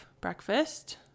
breakfast